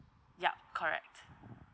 yup correct